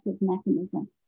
mechanism